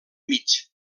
mig